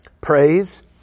praise